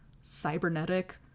cybernetic